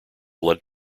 blood